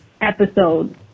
episode